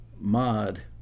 mod